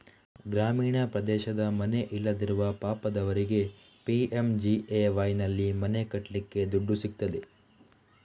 ಗ್ರಾಮೀಣ ಪ್ರದೇಶದ ಮನೆ ಇಲ್ಲದಿರುವ ಪಾಪದವರಿಗೆ ಪಿ.ಎಂ.ಜಿ.ಎ.ವೈನಲ್ಲಿ ಮನೆ ಕಟ್ಲಿಕ್ಕೆ ದುಡ್ಡು ಸಿಗ್ತದೆ